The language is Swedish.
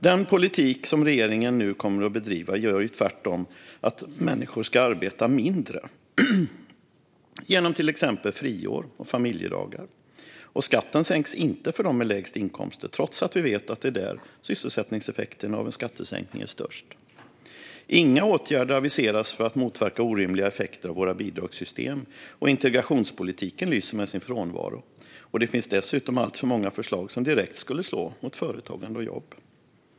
Den politik som regeringen nu kommer att bedriva gör ju tvärtom att människor ska arbeta mindre genom till exempel friår och familjedagar. Och skatten sänks inte för dem med lägst inkomster, trots att vi vet att det är där sysselsättningseffekterna av en skattesänkning är störst. Inga åtgärder aviseras för att motverka orimliga effekter av våra bidragssystem, integrationspolitiken lyser med sin frånvaro och det finns dessutom alltför många förslag som direkt skulle slå mot företagande och jobb.